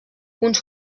uns